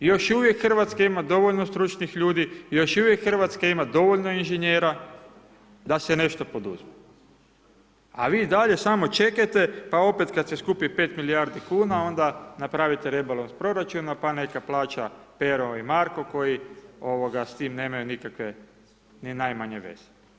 Još uvijek Hrvatska ima dovoljno stručnih ljudi, još uvijek Hrvatska ima dovoljno inženjera da se nešto poduzme, a vi i dalje samo čekajte, pa opet kad se skupi 5 milijardi kuna onda napravite rebalans proračuna, pa neka plaća Pero i Marko koji, ovoga, s time nemaju nikakve, ni najmanje veze.